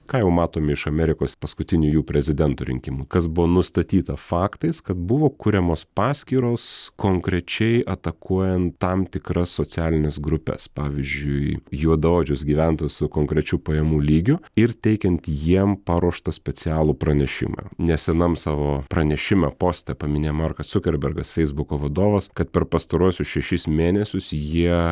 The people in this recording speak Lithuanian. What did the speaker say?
ką jau matom iš amerikos paskutiniųjų prezidento rinkimų kas buvo nustatyta faktais kad buvo kuriamos paskyros konkrečiai atakuojant tam tikras socialines grupes pavyzdžiui juodaodžius gyventojus su konkrečiu pajamų lygiu ir teikiant jiem paruoštą specialų pranešimą nesenam savo pranešime poste paminėjo markas cukerbergas feisbuko vadovas kad per pastaruosius šešis mėnesius jie